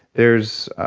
there's